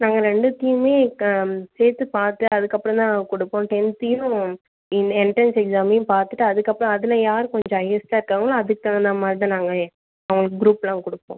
நாங்கள் ரெண்டுதியுமே க சேர்த்து பார்த்து அதுக்கப்புறம் தான் நாங்கள் கொடுப்போம் டென்த்தையும் இந் எண்ட்ரன்ஸ் எக்ஸாமையும் பார்த்துட்டு அதுக்கப்புறம் அதில் யாரு கொஞ்சம் ஹையஸ்ட்டாக இருக்காங்களோ அதுக்கு தகுந்தமாதிரி தான் நாங்கள் அவங்களுக்கு குரூப்லாம் கொடுப்போம்